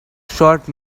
short